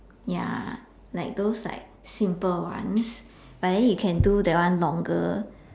ya like those like simple ones but then you can do that one longer